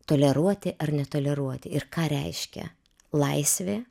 toleruoti ar netoleruoti ir ką reiškia laisvė